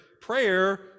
Prayer